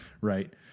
right